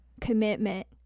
commitment